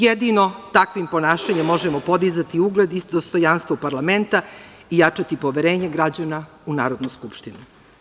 Jedino takvim ponašanjem možemo podizati ugled i dostojanstvo parlamenta i jačati poverenje građana u Narodnu skupštinu.